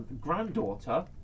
granddaughter